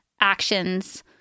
actions